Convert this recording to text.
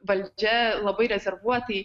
valdžia labai rezervuotai